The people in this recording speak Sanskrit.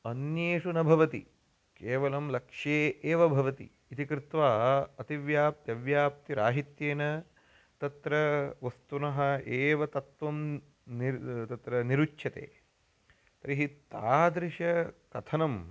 अन्येषु न भवति केवलं लक्ष्ये एव भवति इति कृत्वा अतिव्याप्त्यव्याप्तिराहित्येन तत्र वस्तुनः एव तत्वं निर् तत्र निरुच्यते तर्हि तादृशं कथनम्